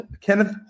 Kenneth